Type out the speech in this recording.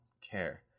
care